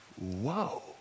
whoa